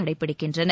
கடைப்பிடிக்கின்றனர்